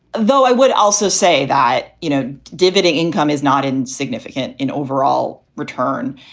though. i would also say that, you know, dividend income is not insignificant in overall return.